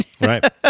Right